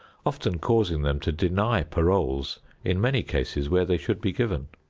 often causing them to deny paroles in many cases where they should be given.